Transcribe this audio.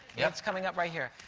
yeah it's coming up right here.